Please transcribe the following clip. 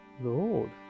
lord